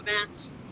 events